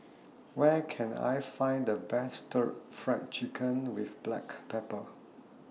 Where Can I Find The Best Stir Fry Chicken with Black Pepper